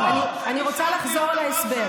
רגע, תיתנו לה להשיב,